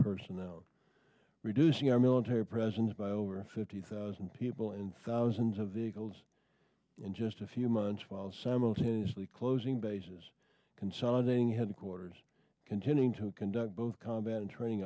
personnel reducing our military presence by over fifty thousand people and thousands of vehicles in just a few months while simultaneously closing bases consolidating headquarters continuing to conduct both combat and training